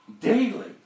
Daily